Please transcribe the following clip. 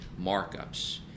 markups